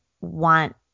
want